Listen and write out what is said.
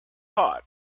hot